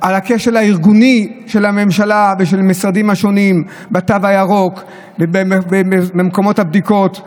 בכשל הארגוני של הממשלה ושל המשרדים השונים בתו הירוק ובמקומות הבדיקות?